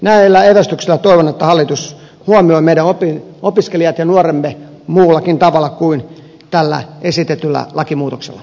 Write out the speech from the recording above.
näillä evästyksillä toivon että hallitus huomioi meidän opiskelijamme ja nuoremme muullakin tavalla kuin tällä esitetyllä lakimuutoksella